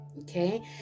Okay